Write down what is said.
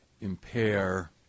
impair